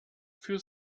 für